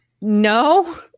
no